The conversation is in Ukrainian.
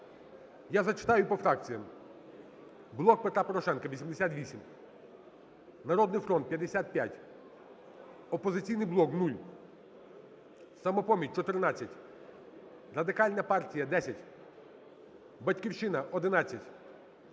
Я зачитаю по фракціям. "Блок Петра Порошенка" – 88, "Народний фронт" – 55, "Опозиційний блок" – 0, "Самопоміч" – 14, Радикальна партія – 10, "Батьківщина" –